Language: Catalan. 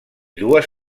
dues